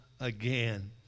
again